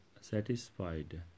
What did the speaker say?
satisfied